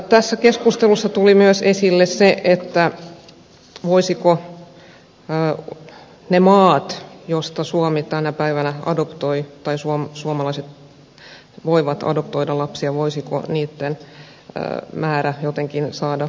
tässä keskustelussa tuli myös esille se voisiko niitten maiden joista suomi tänä päivänä adoptoi tai joista suomalaiset voivat adoptoida lapsia määrää jotenkin saada lisättyä